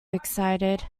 excited